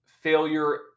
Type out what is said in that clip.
failure